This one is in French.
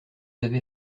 avez